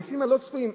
המסים הלא-צפויים.